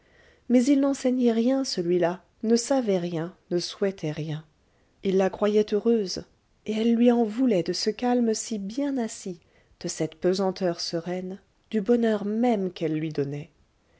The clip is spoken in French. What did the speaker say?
mais il n'enseignait rien celui-là ne savait rien ne souhaitait rien il la croyait heureuse et elle lui en voulait de ce calme si bien assis de cette pesanteur sereine du bonheur même qu'elle lui donnait